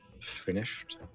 finished